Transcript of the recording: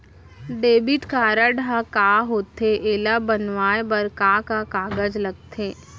Debit card ह का होथे एला बनवाए बर का का कागज लगथे?